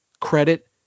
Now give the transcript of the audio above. credit